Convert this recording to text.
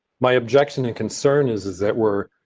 my objection and concern is, is that we're